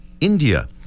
India